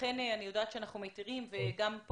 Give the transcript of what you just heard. אכן אני יודעת שמתירים כניסה וגם כאן